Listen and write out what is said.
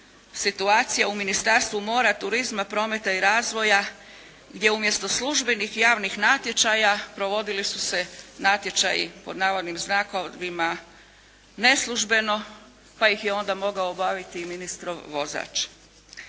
situacija u Ministarstvu mora, turizma, prometa i razvoja gdje umjesto službenih javnih natječaja provodili su se natječaji "neslužbeno" pa ih je onda mogao obaviti i ministrov vozač.